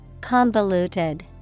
Convoluted